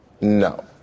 No